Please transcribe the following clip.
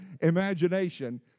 imagination